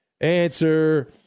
answer